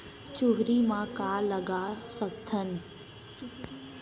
चुहरी म का लगा सकथन?